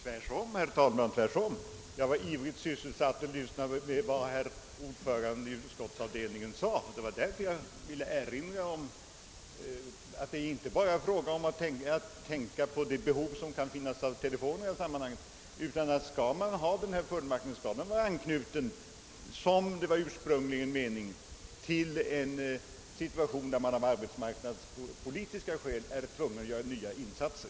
Tvärtom, herr talman! Jag var ivrigt sysselsatt med att lyssna på vad herr Jag ville erinra om att det i detta sammanhang inte gäller att tänka på det behov av telefoner som kan föreligga. Skall regeringen ha denna fullmakt, skall den, såsom ursprungligen var meningen, vara knuten till en situation där man av arbetsmarknadspolitiska skäl är tvungen att göra nya insatser.